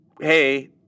Hey